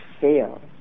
fail